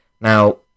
Now